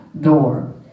door